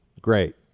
Great